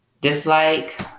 Dislike